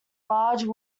large